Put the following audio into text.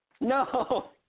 No